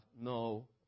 no